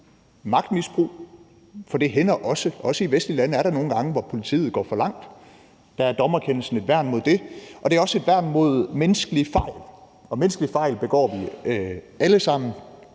magtmisbrug, for også i vestlige lande sker det nogle gange, at politiet går for langt, og der er dommerkendelsen et værn mod det, og den er også et værn imod menneskelige fejl, og menneskelige fejl begår vi jo alle sammen,